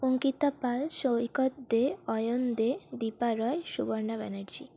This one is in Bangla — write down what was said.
অঙ্কিতা পাল সৈকত দে অয়ন দে দীপা রয় সুবর্ণা ব্যানার্জী